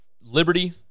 Liberty